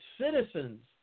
citizens